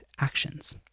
actions